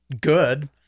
good